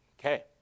Okay